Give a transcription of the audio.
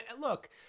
look